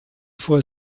vor